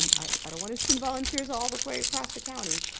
i want to some volunteers all the way across the county.